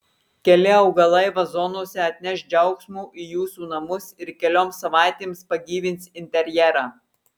keli augalai vazonuose atneš džiaugsmo į jūsų namus ir kelioms savaitėms pagyvins interjerą